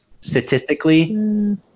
statistically